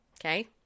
okay